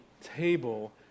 table